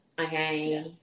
okay